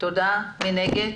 מי נגד?